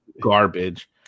garbage